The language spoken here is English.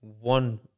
one